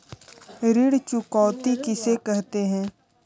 ऋण चुकौती किसे कहते हैं?